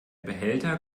behälter